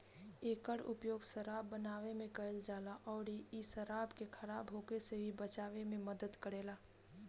एकर उपयोग शराब बनावे में कईल जाला अउरी इ शराब के खराब होखे से भी बचावे में मदद करेला